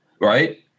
Right